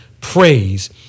praise